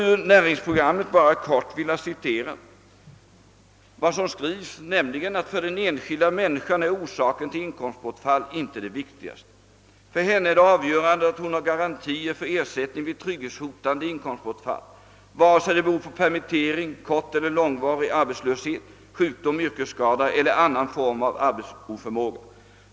Ur näringsprogrammet vill jag helt kort citera ett litet stycke, nämligen detta: »För den enskilda människan är orsaken till inkomstbortfall inte det viktigaste. För henne är det avgörande att hon har garantier för ersättning vid trygghetshotande inkomstbortfall, vare sig det beror på permittering, korteller långvarig arbetslöshet, sjukdom, yrkesskada eller annan form av arbetsoförmåga.